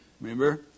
Remember